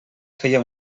feia